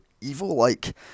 evil-like